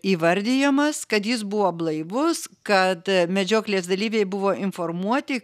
įvardijamas kad jis buvo blaivus kad medžioklės dalyviai buvo informuoti